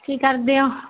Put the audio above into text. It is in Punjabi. ਕੀ ਕਰਦੇ ਹੋ